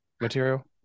material